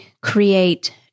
create